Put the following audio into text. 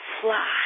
fly